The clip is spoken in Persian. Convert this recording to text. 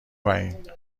پایین